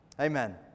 Amen